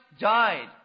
died